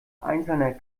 einzelner